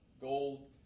Gold